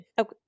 Okay